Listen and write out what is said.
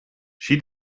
she